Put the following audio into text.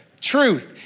truth